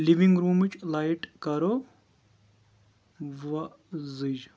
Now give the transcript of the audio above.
living روٗمٕچ light کَرو وۄزٕج